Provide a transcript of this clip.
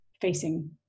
facing